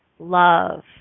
Love